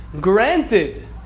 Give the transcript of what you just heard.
granted